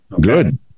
Good